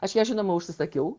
aš ją žinoma užsisakiau